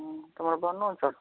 ହଁ ତମେ ବନଉଛ